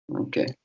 Okay